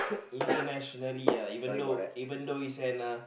internationally uh even though even though is an uh